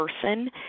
person